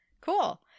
Cool